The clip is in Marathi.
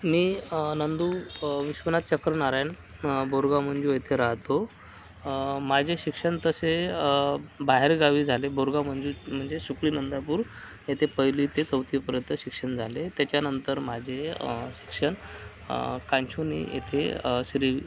मी नंदू विश्वनाथ चक्रनारायण बोरगाव मंजू येथे राहतो माझे शिक्षण तसे बाहेरगावी झाले बोरगाव मंजू म्हणजे सुकळी नंदापूर येथे पहिली ते चौथीपर्यंत शिक्षण झाले त्याच्यानंतर माझे शिक्षण कांचूनी येथे श्री